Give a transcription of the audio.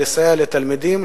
לסייע לתלמידים,